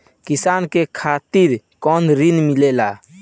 किसान के खातिर कौन ऋण मिली?